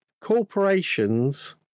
Corporations